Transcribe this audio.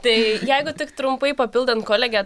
tai jeigu tik trumpai papildant kolegę